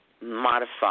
modify